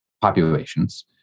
populations